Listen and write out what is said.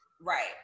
Right